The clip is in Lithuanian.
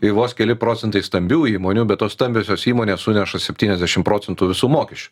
ir vos keli procentai stambių įmonių bet tos stambiosios įmonės suneša septyniasdešim procentų visų mokesčių